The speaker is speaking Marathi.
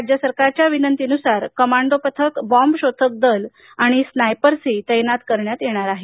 राज्य सरकारच्या विनंतीनुसार कमांडो पथक बॉम्ब शोधक दल स्नायपर्सही तैनात करण्यात येणार आहेत